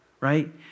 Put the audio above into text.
right